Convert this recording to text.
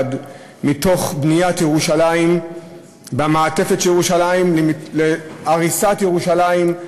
מתוך בניית ירושלים במעטפת של ירושלים להריסת ירושלים,